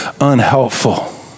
unhelpful